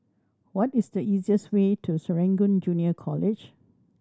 what is the easiest way to Serangoon Junior College